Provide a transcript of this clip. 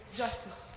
justice